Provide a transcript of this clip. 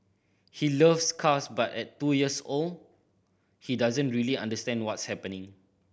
he loves cars but at two years old he doesn't really understand what's happening